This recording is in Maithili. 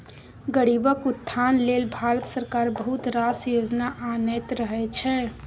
गरीबक उत्थान लेल भारत सरकार बहुत रास योजना आनैत रहय छै